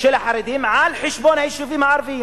של החרדים על חשבון היישובים הערביים,